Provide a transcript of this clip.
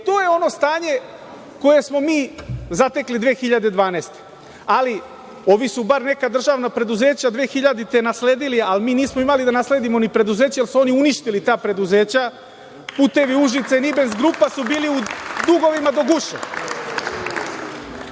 E, to je ono stanje koje smo mi zatekli 2012. godine. Ali, ovi su bar neka državna preduzeća 2000. godine nasledili, ali mi nismo imali da nasledimo ni preduzeća, jer su oni uništili ta preduzeća. „Putevi Užice“ i „Nibens grupa“ su bili u dugovima do guše.